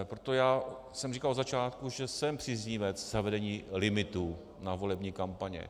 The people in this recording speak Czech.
Proto jsem říkal od začátku, že jsem příznivec zavedení limitů na volební kampaně.